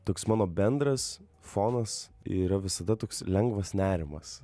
toks mano bendras fonas yra visada toks lengvas nerimas